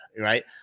right